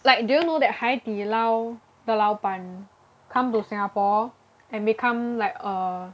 like do you know that 海底捞的老板 come to Singapore and become like err